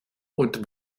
und